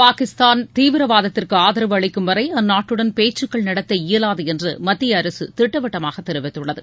பாகிஸ்தான் தீவிரவாதத்திற்குஆதரவு அளிக்கும் வரைஅந்நாட்டுடன் பேச்சுக்கள் நடத்த இயலாதுஎன்றுமத்தியஅரசுதிட்டவட்டமாகத் தெரிவித்துள்ளது